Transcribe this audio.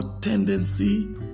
tendency